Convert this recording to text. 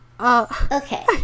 Okay